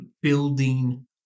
building